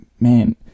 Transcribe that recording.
Man